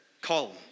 call